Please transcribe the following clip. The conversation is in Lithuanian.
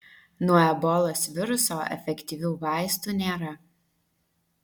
nuo ebolos viruso efektyvių vaistų nėra